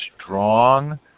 strong